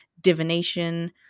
divination